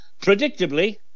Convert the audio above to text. predictably